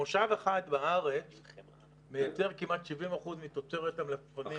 מושב אחד בארץ מייצר כמעט 70 אחוזים מתוצרת המלפפונים.